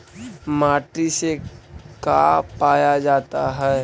माटी से का पाया जाता है?